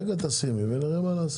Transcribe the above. בעניין ערבויות אנחנו גם בדקנו מה נהוג.